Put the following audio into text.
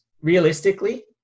Realistically